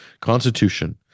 Constitution